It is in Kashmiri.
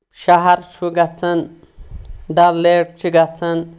شَہر چھُ گژھان ڈَل لیک چھِ گژھان